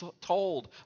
told